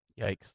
Yikes